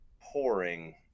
pouring